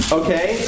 okay